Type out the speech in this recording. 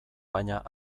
baina